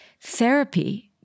Therapy